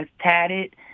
tatted